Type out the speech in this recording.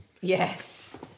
Yes